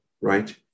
right